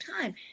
time